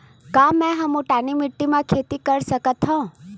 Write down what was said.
का मै ह मुल्तानी माटी म खेती कर सकथव?